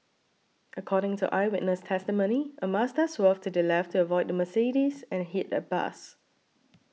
according to eyewitness testimony a Mazda swerved to the left to avoid the Mercedes and hit a bus